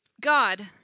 God